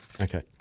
Okay